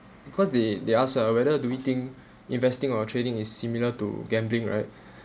because they they ask uh whether do we think investing or trading is similar to gambling right